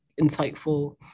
insightful